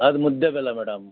ಅದು ಮುದ್ದೆ ಬೆಲ್ಲ ಮೇಡಮ್